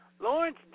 Lawrence